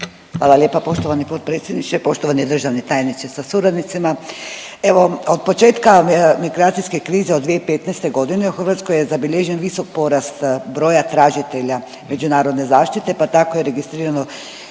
Hvala lijepa poštovani potpredsjedniče. Poštovani državni tajniče sa suradnicima, evo od početka migracijske krize od 2015. godine u Hrvatskoj je zabilježen visok porast broja tražitelja međunarodne zaštite pa tako je registrirano